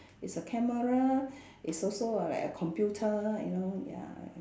it's a camera it's also a like a computer you know ya